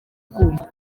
kumva